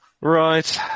Right